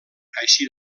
així